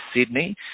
Sydney